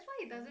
!huh!